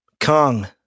Kong